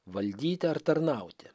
valdyti ar tarnauti